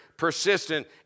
persistent